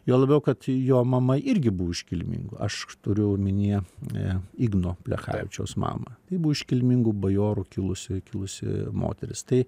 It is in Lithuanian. juo labiau kad jo mama irgi buvo iš kilmingų aš turiu omenyje igno plechavičiaus mamą tai buvo iš kilmingų bajorų kilusi kilusi moteris tai